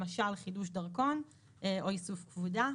למשל חידוש דרכון או איסוף כבודה.